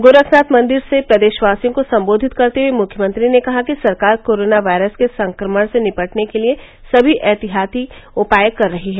गोरखनाथ मंदिर से प्रदेशवासियों को संबोधित करते हए मुख्यमंत्री ने कहा कि सरकार कोरोना वायरस के संक्रमण से निपटने के लिए समी एहतियाती उपाय कर रही है